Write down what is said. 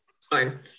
fine